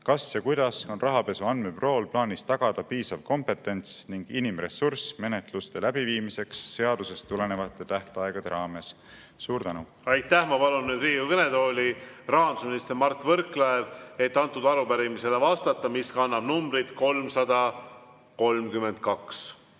kas või kuidas on Rahapesu Andmebürool plaanis tagada piisav kompetents ning inimressurss menetluste läbiviimiseks seadusest tulenevate tähtaegade raames? Suur tänu! Aitäh! Ma palun nüüd Riigikogu kõnetooli rahandusminister Mart Võrklaeva, et vastata arupärimisele, mis kannab numbrit 332.